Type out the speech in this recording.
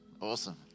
Awesome